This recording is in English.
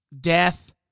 death